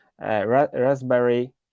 Raspberry